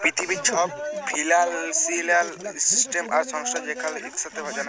পিথিবীর ছব financial system আর সংস্থা যেখালে ইকসাথে জালা যায়